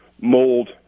mold